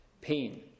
pain